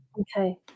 Okay